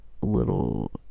little